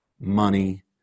money